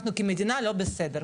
אנחנו כמדינה לא בסדר,